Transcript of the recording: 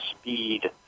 speed